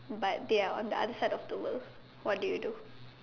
but they are on the other side of the world what do you do